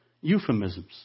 euphemisms